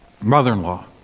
mother-in-law